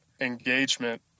engagement